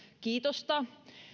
kiitosta